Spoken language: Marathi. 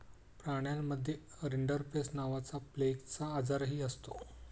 प्राण्यांमध्ये रिंडरपेस्ट नावाचा प्लेगचा आजारही असतो